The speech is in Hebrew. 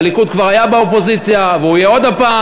הליכוד כבר היה באופוזיציה, והוא יהיה שוב.